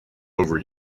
over